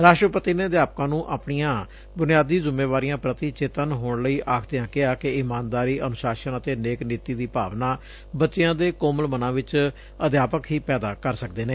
ਰਾਸ਼ਟਰਪਤੀ ਨੇ ਅਧਿਆਪਕਾਂ ਨੂੰ ਆਪਣੀਆਂ ਬੁਨਿਆਦੀ ਜੁੰਮੇਵਾਰੀਆਂ ਪ੍ਰਤੀ ਚੇਤੰਨ ਹੋਣ ਲਈ ਆਖਦਿਆਂ ਕਿਹਾ ਕਿ ਇਮਾਨਦਾਰੀ ਅਨੁਸ਼ਸਾਨ ਅਤੇ ਨੇਕਨੀਤੀ ਦੀ ਭਾਵਨਾ ਬਚਿਆਂ ਦੇ ਕੋਮਲ ਮਨਾਂ ਵਿਚ ਅਧਿਆਪਕ ਹੀ ਪੈਦਾ ਕਰ ਸਕਦੇ ਨੇ